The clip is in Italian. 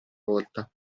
volta